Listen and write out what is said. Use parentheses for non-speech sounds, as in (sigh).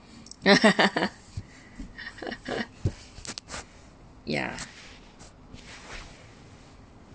(laughs) yeah